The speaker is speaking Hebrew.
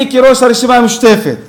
אני, כראש הרשימה המשותפת,